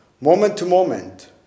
moment-to-moment